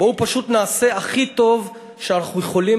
בואו פשוט נעשה הכי טוב שאנחנו יכולים